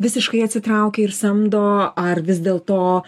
visiškai atsitraukia ir samdo ar vis dėlto